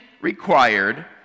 required